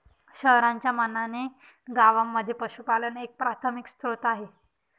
शहरांच्या मानाने गावांमध्ये पशुपालन एक प्राथमिक स्त्रोत आहे